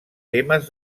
temes